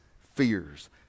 fears